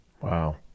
Wow